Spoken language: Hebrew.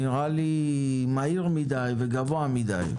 נראה לי מהיר מדי וגבוה מדי.